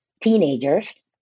teenagers